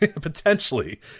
potentially